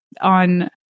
on